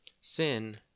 Sin